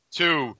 two